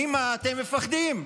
ממה אתם מפחדים?